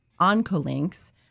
OncoLinks